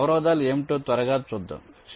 ఈ అవరోధాలు ఏమిటో త్వరగా చూద్దాం